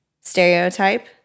stereotype